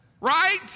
Right